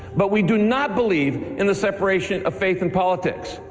but we do not believe in the separation of faith and politics.